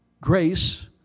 Grace